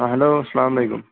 آ ہیٚلو اسلام علیکُم